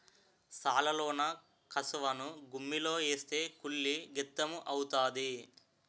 సాలలోన కసవను గుమ్మిలో ఏస్తే కుళ్ళి గెత్తెము అవుతాది